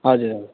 हजुर अँ